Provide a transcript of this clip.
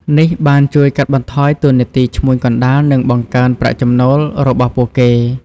នេះបានជួយកាត់បន្ថយតួនាទីឈ្មួញកណ្តាល និងបង្កើនប្រាក់ចំណូលរបស់ពួកគេ។